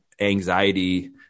anxiety